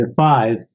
five